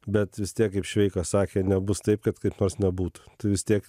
bet vis tiek kaip šveikas sakė nebus taip kad kaip nors nebūtų tu vis tiek